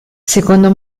secondo